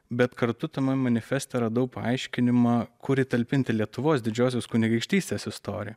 bet kartu tame manifeste radau paaiškinimą kur įtalpinti lietuvos didžiosios kunigaikštystės istoriją